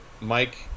Mike